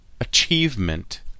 achievement